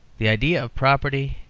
the idea of property,